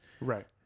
Right